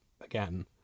again